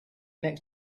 next